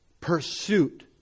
pursuit